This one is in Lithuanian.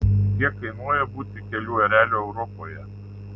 kiek kainuoja būti kelių ereliu europoje